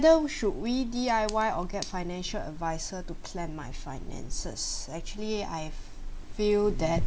whether should we D_I_Y or get financial adviser to plan my finances actually I feel that